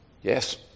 yes